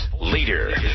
Leader